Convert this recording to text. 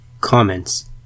Comments